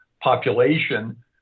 population